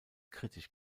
kritisch